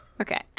Okay